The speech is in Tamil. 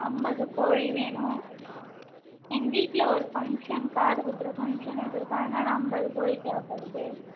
ஐம்பது கோழி வேணும் எங்கள் வீட்டில் ஒரு ஃபங்க்ஷன் காது குத்துகிற ஃபங்க்ஷன் வச்சு இருக்கோம் அதனால் ஐம்பது கோழி தேவைப்படுது